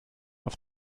auf